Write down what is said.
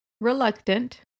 reluctant